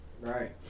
Right